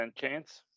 chance